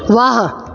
वाह